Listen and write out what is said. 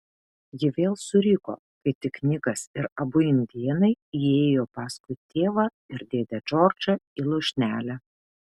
ji vėl suriko kai tik nikas ir abu indėnai įėjo paskui tėvą ir dėdę džordžą į lūšnelę